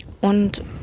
und